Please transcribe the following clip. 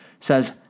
says